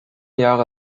jahre